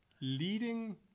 leading